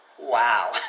Wow